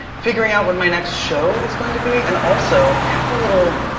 figuring out what my next show is going to be and also, i have a little.